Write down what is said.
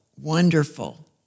wonderful